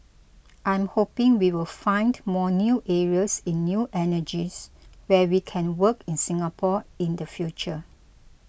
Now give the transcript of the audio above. I'm hoping we will find more new areas in new energies where we can work in Singapore in the future